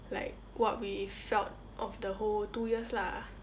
like what we felt of the whole two years lah